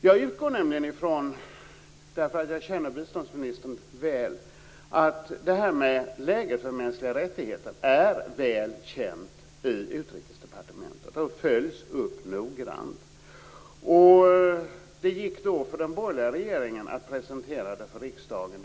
Jag utgår nämligen ifrån, för jag känner biståndsministern väl, att det här med läget för mänskliga rättigheter är väl känt i Utrikesdepartementet och att det följs upp noggrant. Det gick för den borgerliga regeringen att presentera det här för riksdagen.